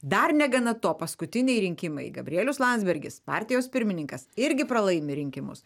dar negana to paskutiniai rinkimai gabrielius landsbergis partijos pirmininkas irgi pralaimi rinkimus